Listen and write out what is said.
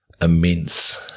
immense